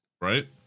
right